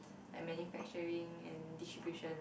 like manufacturing and distribution